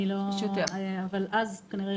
אבל אז כנראה,